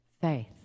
faith